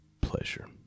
pleasure